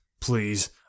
Please